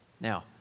Now